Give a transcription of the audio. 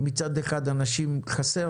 שמצד אחד לאנשים חסר,